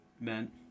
meant